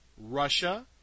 Russia